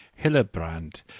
Hillebrand